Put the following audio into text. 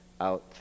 Out